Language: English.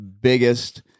biggest